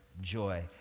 joy